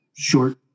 short